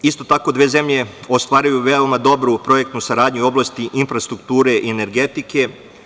Isto tako, dve zemlje ostvaruju veoma dobru projektnu saradnju u oblasti infrastrukture i energetike.